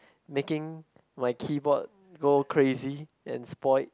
making my keyboard go crazy and spoil